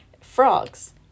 frogs